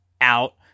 out